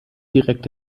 direkt